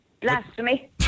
Blasphemy